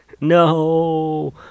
no